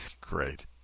great